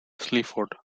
sleaford